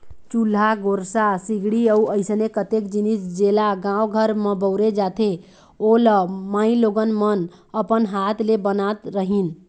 चूल्हा, गोरसी, सिगड़ी अउ अइसने कतेक जिनिस जेला गाँव घर म बउरे जाथे ओ ल माईलोगन मन अपन हात ले बनात रहिन